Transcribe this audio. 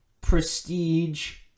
prestige